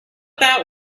that